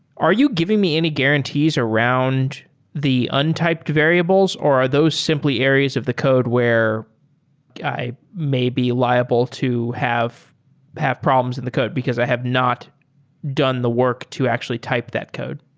are you giving me any guarantees around the untyped variables or are those simply areas of the code where i may be liable to have have problems in the code because i have not done the work to actually type that code?